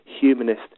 humanist